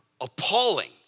appalling